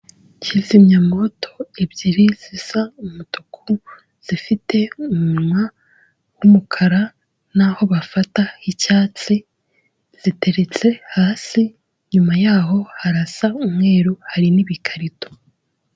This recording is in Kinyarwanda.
Kizimya moto ebyiri zisa umutuku zifite umunwa wumukara naho bafata h'icyatsi, ziteriretse hasi nyuma yaho harasa umweru hari n'ibikarito.